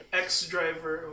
ex-driver